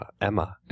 Emma